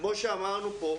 (הצגת מצגת) כמו שאמרנו פה,